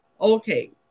okay